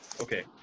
Okay